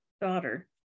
daughter